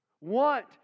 want